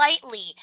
slightly